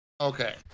okay